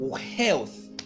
health